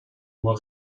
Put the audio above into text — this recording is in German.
uhr